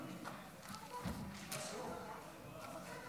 עברה בקריאה